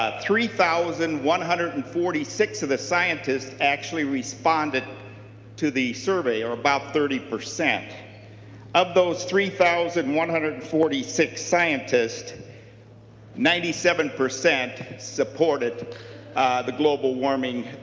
ah three thousand one hundred and forty six of the scientists actually responded to the survey or about thirty. of those three thousand one hundred and forty six scientists ninety seven percent supported the global warming